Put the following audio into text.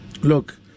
Look